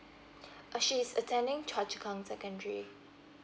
uh she's attending chua chu kang secondary